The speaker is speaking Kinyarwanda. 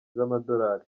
z’amadolari